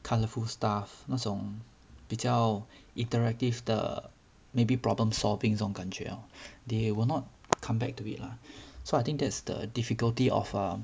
colourful stuff 那种比较 interactive 的 maybe problem solving 这种感觉 hor they will not come back to it lah so I think that's the difficulty of um